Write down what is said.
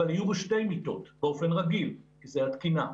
אבל יהיו בו שתי מיטות באופן רגיל כי זו התקינה.